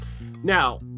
now